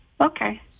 Okay